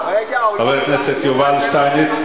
חבר הכנסת יובל שטייניץ.